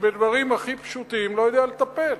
שבדברים הכי פשוטים לא יודע לטפל.